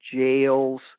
jails